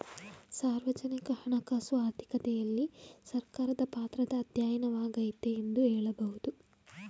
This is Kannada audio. ಸಾರ್ವಜನಿಕ ಹಣಕಾಸು ಆರ್ಥಿಕತೆಯಲ್ಲಿ ಸರ್ಕಾರದ ಪಾತ್ರದ ಅಧ್ಯಯನವಾಗೈತೆ ಎಂದು ಹೇಳಬಹುದು